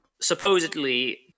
Supposedly